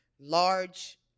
large